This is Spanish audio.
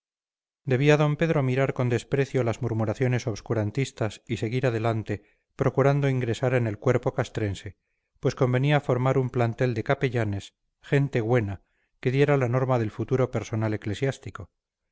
debía d pedro mirar con desprecio las murmuraciones obscurantistas y seguir adelante procurando ingresar en el cuerpo castrense pues convenía formar un plantel de capellanes gente güena que diera la norma del futuro personal eclesiástico